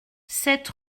sept